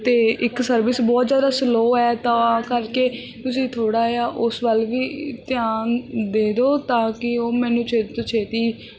ਤੇ ਇੱਕ ਸਰਵਿਸ ਬਹੁਤ ਜਿਆਦਾ ਸਲੋਅ ਐ ਤਾਂ ਕਰਕੇ ਤੁਸੀਂ ਥੋੜਾ ਜਿਹਾ ਉਸ ਵੱਲ ਵੀ ਧਿਆਨ ਦੇ ਦਿਓ ਤਾਂ ਕੀ ਉਹ ਮੈਨੂੰ ਛੇਤੀ ਤੋਂ ਛੇਤੀ